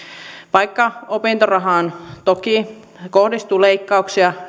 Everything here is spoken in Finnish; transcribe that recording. vaikka opintorahaan toki kohdistuu leikkauksia